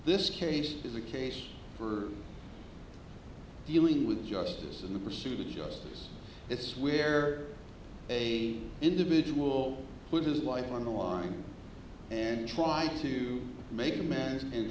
this case is a case for dealing with justice in the pursuit of justice it's where a individual put his life on the line and trying to make amends and